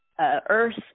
earth